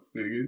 nigga